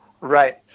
Right